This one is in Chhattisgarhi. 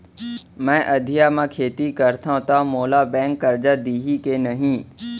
मैं अधिया म खेती करथंव त मोला बैंक करजा दिही के नही?